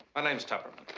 name's tupperman.